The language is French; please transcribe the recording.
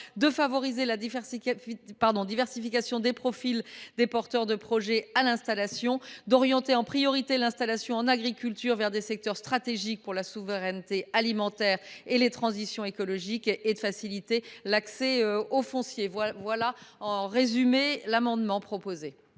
de « favoriser la diversification des profils des porteurs de projets à l’installation », d’« orienter en priorité l’installation en agriculture vers des secteurs stratégiques pour la souveraineté alimentaire et les transitions écologique et climatique » et de « faciliter l’accès au foncier agricole ». La parole est à